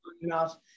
enough